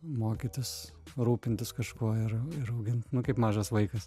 mokytis rūpintis kažkuo ir ir augint kaip mažas vaikas